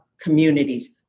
communities